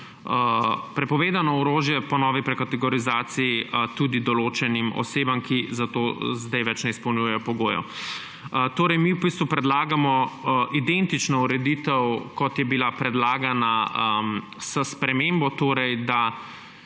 prepovedano orožje, po novi prekategorizaciji tudi določenim osebam, ki za to zdaj več ne izpolnjujejo pogojev. Torej mi v bistvu predlagamo identično ureditev, kot je bila predlagana s spremembo, da